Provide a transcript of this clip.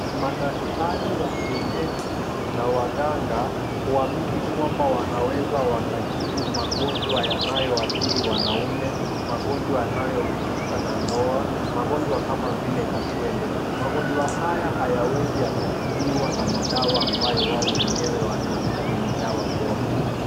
Madaktari wa kienyeji na waganga huamini kwamba wanaweza wakatibu wagonjwa yanayoathiri wanaume, magonjwa yanayohusika na ndoa, magonjwa kama vile kaswende. Magonjwa haya hayawezi yakatibiwa na dawa ambazo wao wenyewe wanaamini ni dawa bora.